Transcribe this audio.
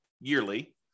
yearly